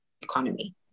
economy